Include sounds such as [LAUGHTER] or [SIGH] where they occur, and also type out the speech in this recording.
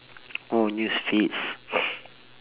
oh news feeds [BREATH]